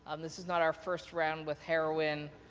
um this is not our first round with heroin.